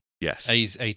Yes